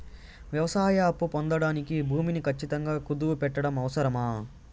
వ్యవసాయ అప్పు పొందడానికి భూమిని ఖచ్చితంగా కుదువు పెట్టడం అవసరమా?